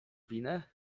winę